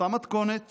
באותה מתכונת